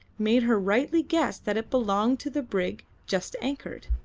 made her rightly guess that it belonged to the brig just anchored.